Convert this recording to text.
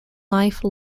life